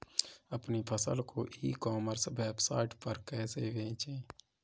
अपनी फसल को ई कॉमर्स वेबसाइट पर कैसे बेचें?